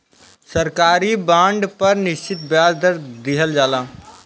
सरकारी बॉन्ड पर निश्चित ब्याज दर दीहल जाला